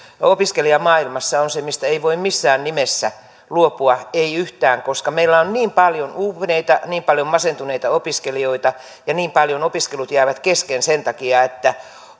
opiskelijamaailmassa on se mistä ei voi missään nimessä luopua ei yhtään koska meillä on niin paljon uupuneita niin paljon masentuneita opiskelijoita ja niin paljon opiskelut jäävät kesken sen takia että